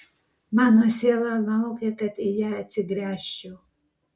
mano siela laukia kad į ją atsigręžčiau